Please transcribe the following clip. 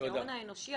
כי ההון האנושי,